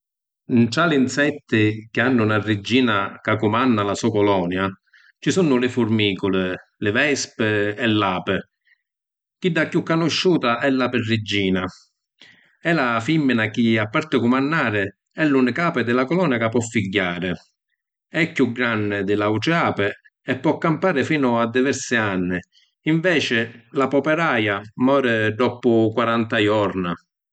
Ntra l’insetti chi hanno na riggina ca cumanna la so’ colonia ci sunnu li furmiculi, li vespi e l’api. Chidda chiù canusciuta è l’api riggina. E’ la fimmina chi, a parti cummannari, è l’unica api di la colonia ca po’ figghiari. E’ chiù granni di l’autri api e po’ campari finu a diversi anni, inveci l’api operaia mori doppu quaranta jorna.